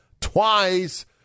twice